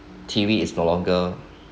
T_V is no longer